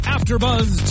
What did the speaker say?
Afterbuzz